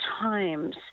times